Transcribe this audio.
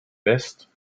west